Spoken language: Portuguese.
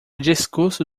discurso